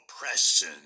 oppression